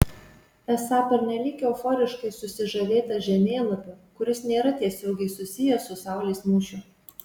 esą pernelyg euforiškai susižavėta žemėlapiu kuris nėra tiesiogiai susijęs su saulės mūšiu